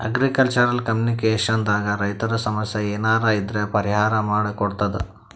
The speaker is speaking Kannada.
ಅಗ್ರಿಕಲ್ಚರ್ ಕಾಮಿನಿಕೇಷನ್ ದಾಗ್ ರೈತರ್ ಸಮಸ್ಯ ಏನರೇ ಇದ್ರ್ ಪರಿಹಾರ್ ಮಾಡ್ ಕೊಡ್ತದ್